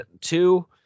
two